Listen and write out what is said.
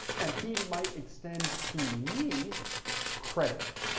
and he might extend to me credit.